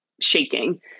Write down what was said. shaking